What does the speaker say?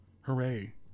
hooray